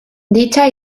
dicha